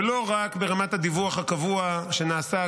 ולא רק ברמת הדיווח הקבוע שנעשה,